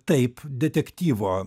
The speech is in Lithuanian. taip detektyvo